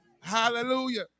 Hallelujah